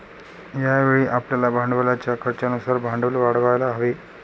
यावेळी आपल्याला भांडवलाच्या खर्चानुसार भांडवल वाढवायला हवे